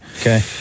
okay